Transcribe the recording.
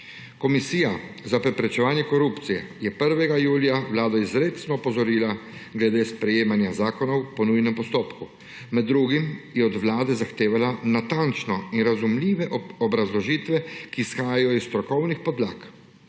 Komisija za preprečevanje korupcije je 1. julija Vlado izrecno opozorila glede sprejemanja zakonov po nujnem postopku. Med drugim je od Vlade zahtevala natančne in razumljive obrazložitve, ki izhajajo iz strokovnih podlag.